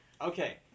Okay